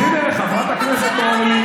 כולם קראו.